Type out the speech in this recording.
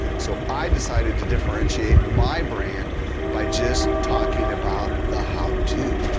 so i decided to differentiate my brand by just talking about the how to.